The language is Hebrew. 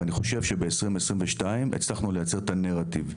ואני חושב שב-2022 הצלחנו לייצר את הנרטיב,